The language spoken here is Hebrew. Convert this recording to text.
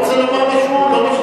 הוא רוצה לומר מה שהוא חושב,